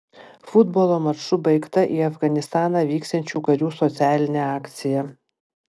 futbolo maču baigta į afganistaną vyksiančių karių socialinė akcija